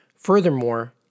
Furthermore